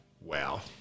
wow